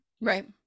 Right